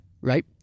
Right